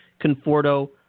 Conforto